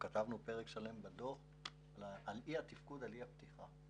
כתבנו פרק שלם בדוח על אי התפקוד ועל אי הפתיחה.